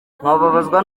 nkababazwa